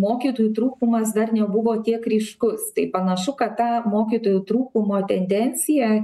mokytojų trūkumas dar nebuvo tiek ryškus tai panašu kad ta mokytojų trūkumo tendencija